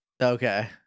Okay